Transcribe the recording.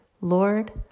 Lord